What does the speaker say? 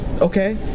okay